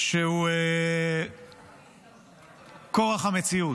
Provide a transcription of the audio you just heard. שהוא כורח המציאות.